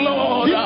Lord